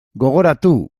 gogoratu